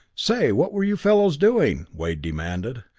say what were you fellows doing? wade demanded.